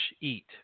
eat